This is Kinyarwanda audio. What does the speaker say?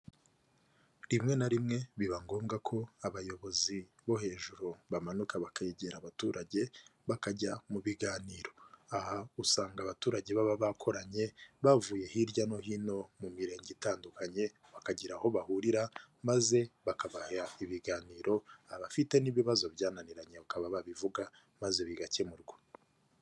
Rimwe na rimwe biba ngombwa ko abayobozi bo hejuru bamanuka bakegera abaturage, bakajya mu biganiro, aha usanga abaturage baba bakoranye, bavuye hirya no hino mu mirenge itandukanye, bakagira aho bahurira maze bakabaha ibiganiro, abafite n'ibibazo byananiranye ukaba babivuga, maze bigakemurwa.